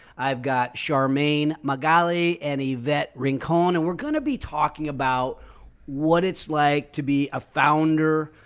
i've got charmaine magali and yvette rincon. and we're going to be talking about what it's like to be a founder.